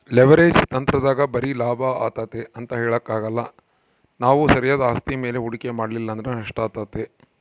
leverage ತಂತ್ರದಾಗ ಬರೆ ಲಾಭ ಆತತೆ ಅಂತ ಹೇಳಕಾಕ್ಕಲ್ಲ ನಾವು ಸರಿಯಾದ ಆಸ್ತಿ ಮೇಲೆ ಹೂಡಿಕೆ ಮಾಡಲಿಲ್ಲಂದ್ರ ನಷ್ಟಾತತೆ